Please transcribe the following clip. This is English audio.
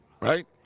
right